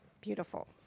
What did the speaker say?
Beautiful